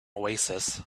oasis